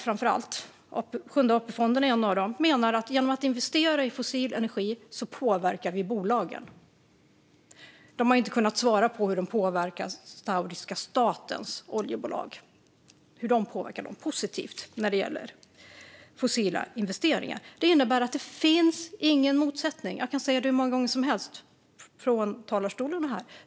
Framför allt två bolag - Sjunde AP-fonden är ett av dem - menar att vi genom att investera i fossil energi påverkar bolagen. De har inte kunnat svara på hur de påverkar saudiska statens oljebolag positivt när det gäller fossila investeringar. Det finns alltså ingen motsättning. Jag kan säga det hur många gånger som helst från talarstolen.